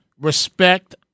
respect